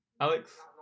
Alex